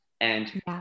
and-